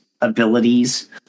abilities